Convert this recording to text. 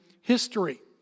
history